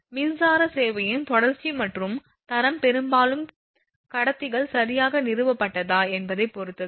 மின்சார சேவையின் தொடர்ச்சி மற்றும் தரம் பெரும்பாலும் கடத்திகள் சரியாக நிறுவப்பட்டதா என்பதைப் பொறுத்தது